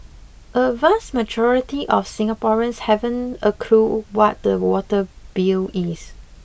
a vast majority of Singaporeans haven't a clue what their water bill is